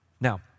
Now